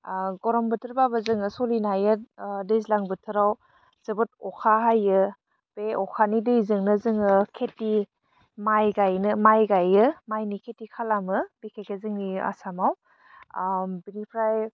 गरम बोथोर बाबो जोङो सलिनो हायो दैज्लां बोथोराव जोबोद अखा हायो बे अखानि दैजोंनो जोङो खेथि माइ गायनो माइ गाइयो माइनि खेथि खालामो बेखिखे जोंनि आसामाव बिनिफ्राय